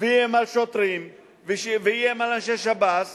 ואיים על שוטרים ואיים על אנשי שב"ס